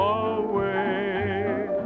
away